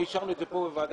אישרנו את זה כאן בוועדה.